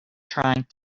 trying